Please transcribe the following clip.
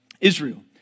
Israel